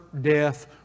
death